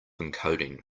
encoding